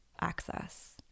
access